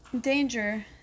danger